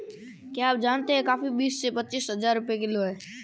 क्या आप जानते है कॉफ़ी बीस से पच्चीस हज़ार रुपए किलो है?